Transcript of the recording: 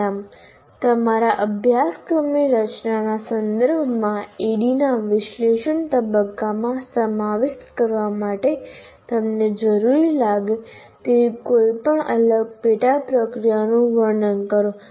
વ્યાયામ તમારા અભ્યાસક્રમની રચનાના સંદર્ભમાં ADDIE ના વિશ્લેષણ તબક્કામાં સમાવિષ્ટ કરવા માટે તમને જરૂરી લાગે તેવી કોઈપણ અલગ પેટા પ્રક્રિયાઓનું વર્ણન કરો